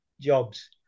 Jobs